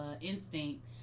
Instinct